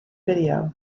video